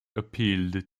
appealed